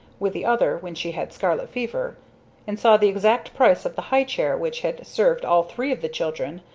with the other, when she had scarlet fever and saw the exact price of the high chair which had served all three of the children,